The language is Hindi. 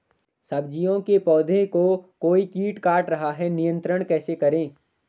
सब्जियों के पौधें को कोई कीट काट रहा है नियंत्रण कैसे करें?